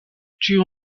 ĉiu